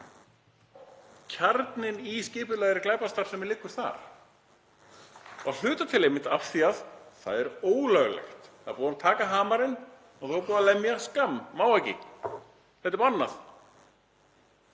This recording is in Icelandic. Kjarninn í skipulagðri glæpastarfsemi liggur þar, að hluta til einmitt af því að þetta er ólöglegt. Það er búið að taka hamarinn og það er búið að lemja. Skamm. Má ekki. Þetta er bannað.